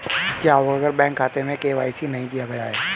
क्या होगा अगर बैंक खाते में के.वाई.सी नहीं किया गया है?